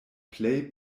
plej